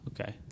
Okay